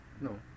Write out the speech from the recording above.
No